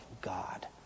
God